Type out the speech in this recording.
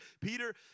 Peter